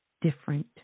different